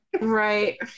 Right